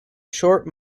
short